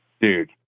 dude